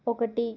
ఒకటి